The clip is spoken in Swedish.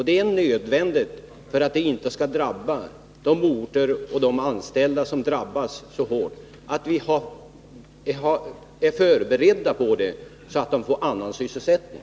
Det är nödvändigt för att de orter och de anställda som är berörda inte skall drabbas så hårt utan att alla berörda är förberedda på vad som kommer att hända så att det finns annan sysselsättning.